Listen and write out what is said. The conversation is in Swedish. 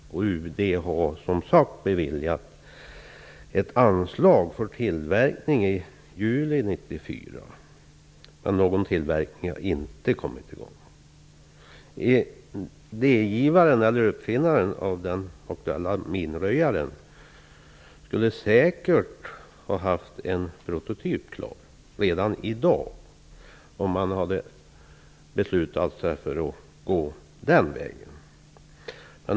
UD har som sagt beviljat ett anslag för tillverkning, i juli 1994, men någon tillverkning har inte kommit i gång. Idégivaren eller uppfinnaren av den aktuella minröjaren skulle säkert ha haft en prototyp klar redan i dag om man hade beslutat sig för att gå den vägen.